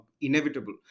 inevitable